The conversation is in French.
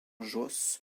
josse